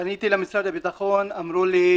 פניתי למשרד הביטחון, שם אמרו לי: